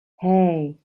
hey